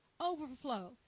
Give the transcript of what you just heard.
Overflow